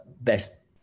best